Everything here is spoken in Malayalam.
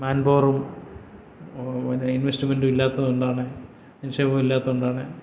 മാൻപവറും ഇൻവെസ്റ്റ്മെൻറ്റും ഇല്ലാത്തതുകൊണ്ടാണ് നിക്ഷേപം ഇല്ലാത്തതുകൊണ്ടാണ്